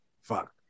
fuck